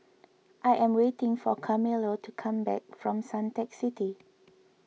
I am waiting for Carmelo to come back from Suntec City